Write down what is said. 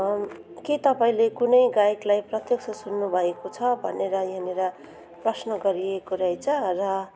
के तपाईँले कुनै गायकलाई प्रत्यक्ष सुन्नुभएको छ भनेर यहाँनिर प्रश्न गरिएको रहेछ र